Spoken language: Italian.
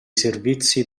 servizi